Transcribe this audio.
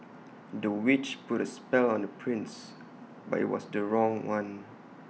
the witch put A spell on the prince but IT was the wrong one